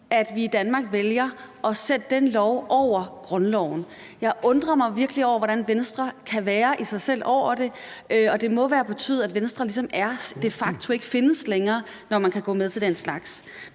at vi i Danmark vælger at sætte den lov over grundloven. Jeg undrer mig virkelig over, hvordan Venstre kan være i sig selv over det, og det må vel betyde, at Venstre de facto ikke findes længere, når man kan gå med til den slags.